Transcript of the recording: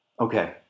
Okay